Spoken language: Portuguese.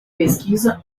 pesquisa